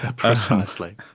precisely.